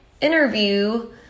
interview